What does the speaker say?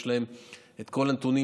יש להם את כל הנתונים,